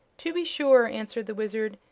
to be sure, answered the wizard.